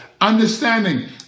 understanding